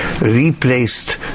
replaced